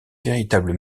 véritable